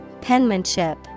Penmanship